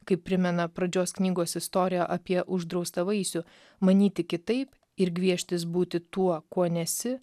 kaip primena pradžios knygos istorija apie uždraustą vaisių manyti kitaip ir gvieštis būti tuo kuo nesi